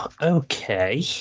okay